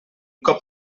cop